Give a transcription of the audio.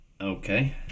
Okay